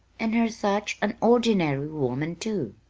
and her such an ordinary woman, too!